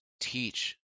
teach